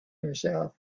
himself